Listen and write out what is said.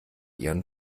ihren